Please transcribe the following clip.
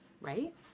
Right